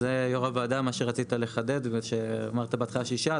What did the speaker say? זה יו"ר הוועדה מה שרצית לחדד ושאמרת בהתחלה שישה,